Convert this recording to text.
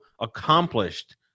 accomplished